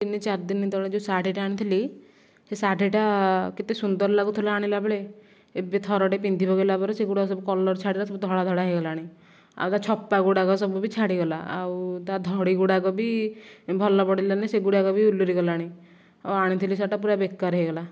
ତିନି ଚାରି ଦିନ ତଳେ ଯେଉଁ ଶାଢ଼ୀଟା ଆଣିଥିଲି ସେ ଶାଢ଼ୀଟା କେତେ ସୁନ୍ଦର ଲାଗୁଥିଲା ଆଣିଲା ବେଳେ ଏବେ ଥରଟେ ପିନ୍ଧି ପକେଇଲା ପରେ ସେଗୁଡ଼ାକ ସବୁ କଲର ଛାଡ଼ି ସବୁ ଧଳା ଧଳା ହୋଇଗଲାଣି ଆଉ ତା ଛପା ଗୁଡ଼ାକ ସବୁ ବି ଛାଡ଼ି ଗଲା ଆଉ ତା ଧଡ଼ି ଗୁଡ଼ାକ ବି ଭଲ ପଡ଼ିଲାନାହିଁ ସେଗୁଡ଼ାକ ବି ଉଲୁରୀ ଗଲାଣି ଆଉ ଆଣିଥିଲି ଶାଢ଼ୀଟା ପୁରା ବେକାର ହୋଇଗଲା